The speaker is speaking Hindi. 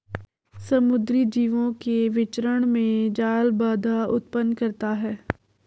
समुद्री जीवों के विचरण में जाल बाधा उत्पन्न करता है